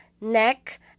neck